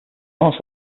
also